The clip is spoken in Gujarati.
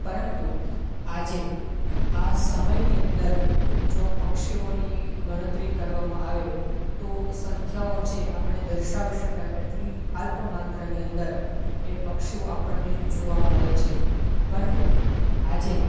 પરંતુ આજે આ સમયની અંદર જો પક્ષીઓની ગણતરી કરવામા આવે તો સંખ્યાઓ છે આપણે દર્શાવી શકાય એટલી અલ્પ માત્રાની અંદર એ પક્ષીઓ આપણને જોવા મળે છે પરંતુ આજે